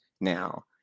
now